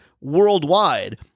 worldwide